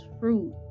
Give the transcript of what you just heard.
fruit